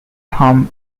harm